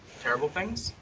terrible things.